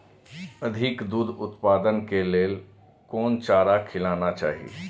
अधिक दूध उत्पादन के लेल कोन चारा खिलाना चाही?